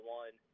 one